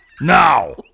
Now